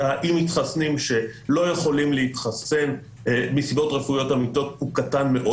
האי-מתחסנים שלא יכולים להתחסן מסיבות רפואיות אמיתיות הוא קטן מאוד.